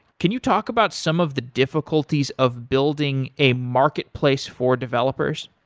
can you talk about some of the difficulties of building a marketplace for developers?